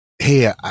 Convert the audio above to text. Hey